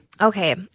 Okay